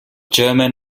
german